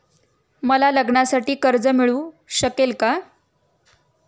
मला लग्नासाठी कर्ज मिळू शकेल का?